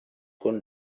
con